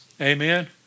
Amen